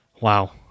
Wow